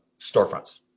storefronts